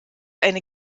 eine